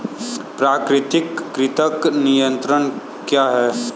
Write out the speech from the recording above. प्राकृतिक कृंतक नियंत्रण क्या है?